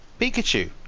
Pikachu